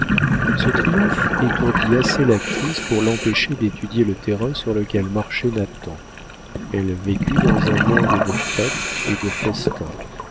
ce triomphe étourdit assez l'actrice pour l'empêcher d'étudier le terrain sur lequel marchait nathan elle vécut dans un monde de fêtes et de festins